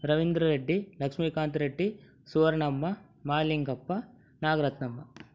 Ravindra Reddy Lakshmikant Reddy Suvarnamma Malingappa Nagarathnamma